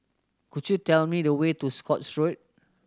could you tell me the way to Scotts Road